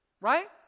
right